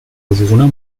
bewohner